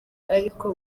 ariko